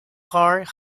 heart